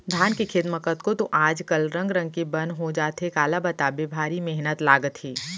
धान के खेत म कतको तो आज कल रंग रंग के बन हो जाथे काला बताबे भारी मेहनत लागथे